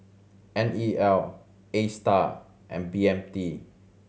N E L Astar and B M T